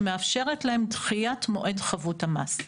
שמאפשרת להם דחיית מועד חבות המס.